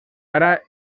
ara